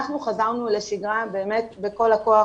אנחנו חזרנו לשגרה, באמת בכול הכוח.